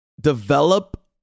develop